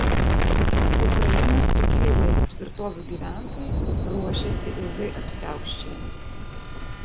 ukrainos sukilėlių tvirtovių gyventojai ruošiasi ilgai apsiausčiai